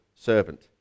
servant